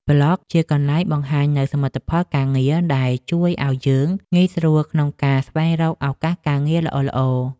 ប្លក់ជាកន្លែងបង្ហាញនូវសមិទ្ធផលការងារ ដែលជួយឱ្យយើងងាយស្រួលក្នុងការស្វែងរកឱកាសការងារល្អៗ។